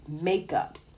makeup